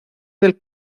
del